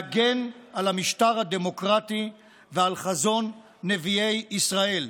להגן על המשטר הדמוקרטי ועל חזון נביאי ישראל.